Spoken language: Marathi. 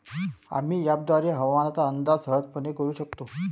आम्ही अँपपद्वारे हवामानाचा अंदाज सहजपणे करू शकतो